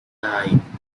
nine